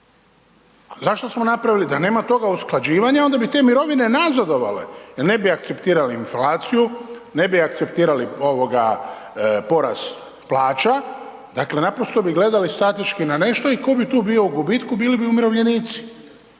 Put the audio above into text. Zašto smo napravili da nema toga usklađivanja onda bi te mirovine nazadovale jer ne bi akceptirali inflaciju, ne bi akceptirali porast plaća, dakle gledali bi statički na nešto i tko bi tu bio u gubitku. Bili bi umirovljenici.